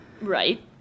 Right